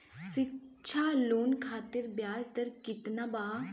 शिक्षा लोन खातिर ब्याज दर केतना बा?